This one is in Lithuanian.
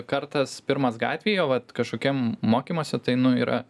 kartas pirmas gatvėj o vat kažkokiam mokymuose tai nu yra